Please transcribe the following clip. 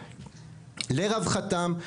לרווחתם,